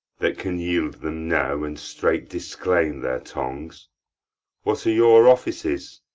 that can yield them now, and straight disclaim their tongues what are your offices?